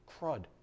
crud